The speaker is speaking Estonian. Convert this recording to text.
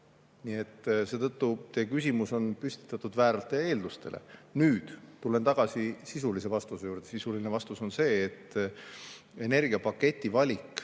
Nii et teie küsimus oli püstitatud vääratele eeldustele. Tulen nüüd tagasi sisulise vastuse juurde. Sisuline vastus on see, et energiapaketi valik